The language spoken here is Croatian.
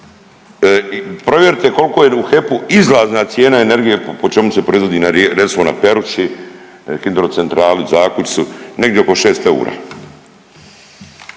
provjerite koliko je u HEP-u izlazna cijena energije po čemu se proizvodi energija. Recimo na Peruči hidrocentrali, Zakučcu negdje oko 6 eura.